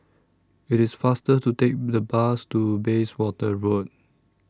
IT IS faster to Take The Bus to Bayswater Road